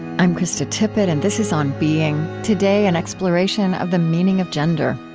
i'm krista tippett, and this is on being. today, an exploration of the meaning of gender.